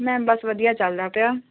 ma'am ਬਸ ਵਧੀਆ ਚਲਦਾ ਪਿਆ